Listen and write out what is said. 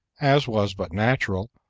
as was but natural,